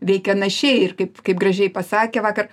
veikia našiai ir kaip kaip gražiai pasakė vakar